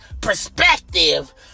perspective